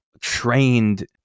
trained